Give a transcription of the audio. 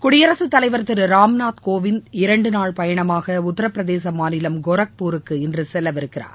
குடியரசுத் தலைவர் திரு ராம்நாத் கோவிந்த் இரண்டு நாள் பயணமாக உத்தரப்பிரதேச மாநிலம் கோரக்பூருக்கு இன்று செல்லவிருக்கிறார்